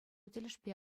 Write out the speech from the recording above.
тӗлӗшпе